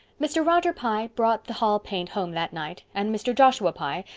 mr. roger pye brought the hall paint home that night and mr. joshua pye,